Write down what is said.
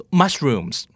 mushrooms